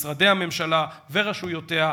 משרדי הממשלה ורשויותיה,